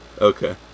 Okay